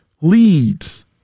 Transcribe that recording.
leads